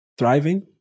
thriving